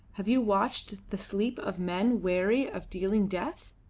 have you watched the sleep of men weary of dealing death?